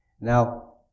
Now